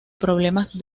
problemas